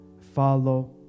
follow